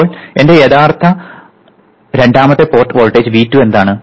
ഇപ്പോൾ എന്റെ യഥാർത്ഥ രണ്ടാമത്തെ പോർട്ട് വോൾട്ടേജ് V2 എന്താണ്